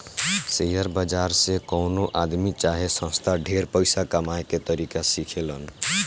share बाजार से कवनो आदमी चाहे संस्था ढेर पइसा कमाए के तरीका सिखेलन